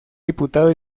diputado